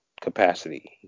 capacity